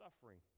suffering